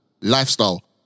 lifestyle